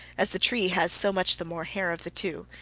as the tree has so much the more hair of the two.